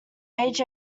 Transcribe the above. aged